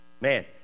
man